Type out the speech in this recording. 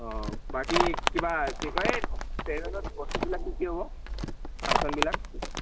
অঁ বাকী কিবা কি বস্তুবিলাক কি কি হ'ব ফাংচনবিলাক